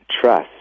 trust